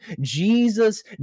Jesus